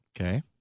Okay